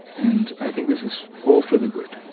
and i think this is all for the good.